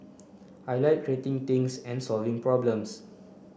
I like creating things and solving problems